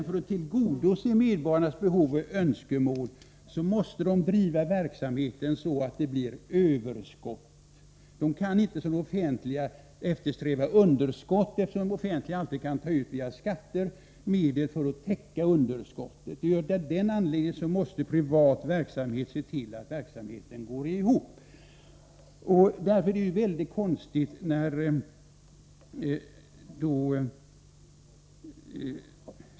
För att tillgodose medborgarnas behov och önskemål måste privata företag driva sin verksamhet så att det blir överskott. De kan inte som den offentliga sektorn eftersträva underskott. Den offentliga sektorn kan ju alltid via skatter ta ut medel för att täcka underskottet. Privata företag däremot måste se till att verksamheten går ihop.